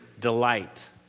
delight